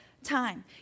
Time